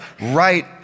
right